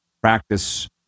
practice